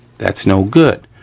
that's no good.